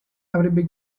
avrebbe